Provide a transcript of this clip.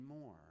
more